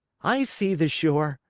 i see the shore,